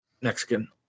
Mexican